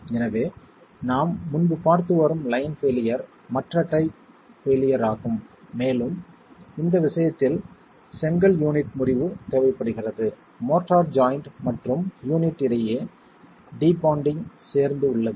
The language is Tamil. எனவே நாம் முன்பு பார்த்து வரும் லைன் பெயிலியர் மற்ற டைப் பெயிலியர் ஆகும் மேலும் இந்த விஷயத்தில் செங்கல் யூனிட் முறிவு தேவைப்படுகிறது மோர்ட்டார் ஜாய்ண்ட் மற்றும் யூனிட் இடையே டிபாண்டிங் சேர்ந்து உள்ளது